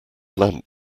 lamp